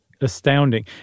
Astounding